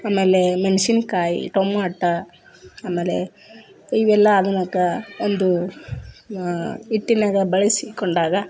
ಆಮೇಲೇ ಮೆಣಸಿನ್ಕಾಯಿ ಟೊಮಾಟ ಆಮೇಲೆ ಇವೆಲ್ಲ ಆದ್ಮೇಲೆ ಒಂದು ಹಿಟ್ಟಿನ್ಯಾಗ ಬಳಸಿಕೊಂಡಾಗ